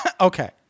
Okay